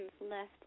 left